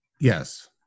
Yes